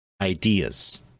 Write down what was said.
ideas